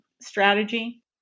strategy